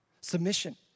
submission